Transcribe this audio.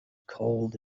cold